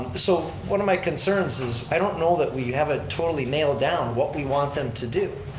so one of my concerns is i don't know that we have it totally nailed down what we want them to do.